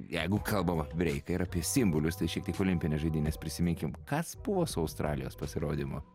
jeigu kalbam apie breiką ir apie simbolius tai šiek tiek olimpinės žaidynės prisiminkim kas buvo su australijos pasirodymu